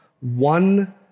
one